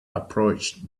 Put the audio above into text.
approached